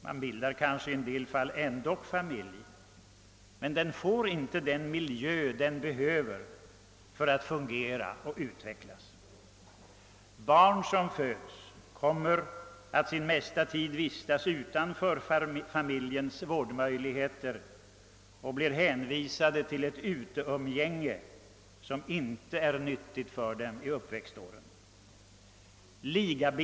Man bildar kanske i en del fall ändock familj, men den får inte den miljö den behöver för att fungera och utvecklas. Barn som föds kommer att under sin mesta tid vistas utanför familjen och blir hänvisade till ett uteumgänge som inte är nyttigt för dem i uppväxtåren.